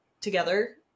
together